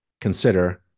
consider